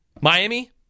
Miami